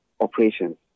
operations